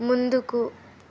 ముందుకు